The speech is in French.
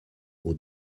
aux